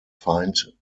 find